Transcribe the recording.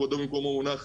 כבודו במקומו מונח,